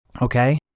Okay